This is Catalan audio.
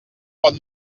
pot